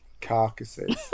carcasses